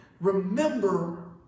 remember